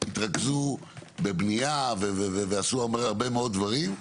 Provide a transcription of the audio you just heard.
התרכזו בבנייה ועשו הרבה מאוד דברים.